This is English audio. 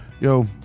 Yo